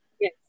Yes